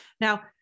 Now